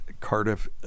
Cardiff